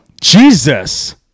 Jesus